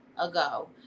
ago